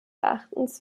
erachtens